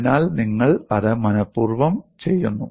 അതിനാൽ നിങ്ങൾ അത് മനപൂർവ്വം ചെയ്യുന്നു